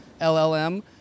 LLM